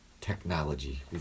technology